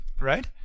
right